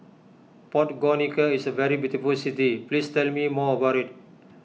Podgorica is a very beautiful city please tell me more about it